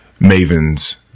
mavens